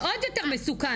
זה עוד יותר מסוכן.